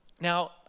Now